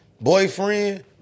boyfriend